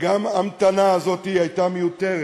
גם ההמתנה הזו הייתה מיותרת.